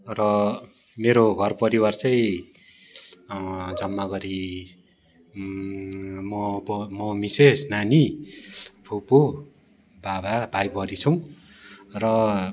र मेरो घर परिवार चाहिँ जम्मा गरि मिसेस नानी फुपू बाबा भाइ बुहारी छौँ र